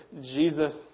Jesus